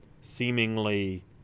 seemingly